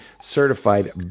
certified